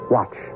Watch